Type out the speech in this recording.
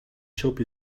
shop